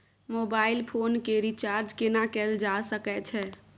Mobile phone के recharge केना कैल जा सकै छै?